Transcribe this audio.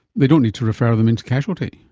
they don't need to refer them in to casualty.